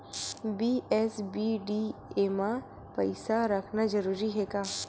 BSBDA मा पईसा रखना जरूरी हे का?